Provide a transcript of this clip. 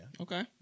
Okay